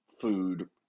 food